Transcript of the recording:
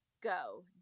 go